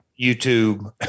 YouTube